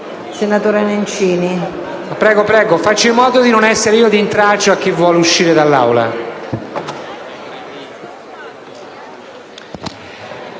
UPT)-PSI-MAIE)*. Prego, faccio in modo di non essere io di intralcio a chi vuole uscire dall'Aula.